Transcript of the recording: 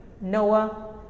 Noah